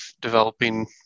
developing